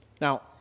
Now